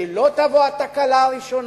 שלא תבוא התקלה הראשונה?